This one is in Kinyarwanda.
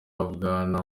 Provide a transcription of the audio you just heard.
bwana